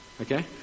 Okay